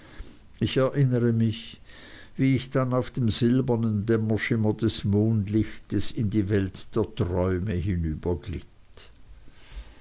ich erinnere mich wie ich dann auf dem silbernen dämmerschimmer des mondlichtes in die welt der träume